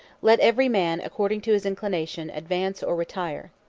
let every man, according to his inclination, advance or retire.